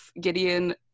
Gideon